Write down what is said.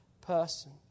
person